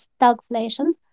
stagflation